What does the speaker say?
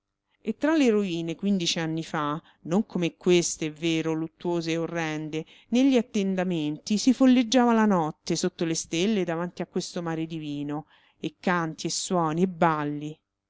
e tra le rovine quindici anni fa non come queste è vero luttuose e orrende negli attendamenti si folleggiava la notte sotto le stelle davanti a questo mare divino e canti e suoni e balli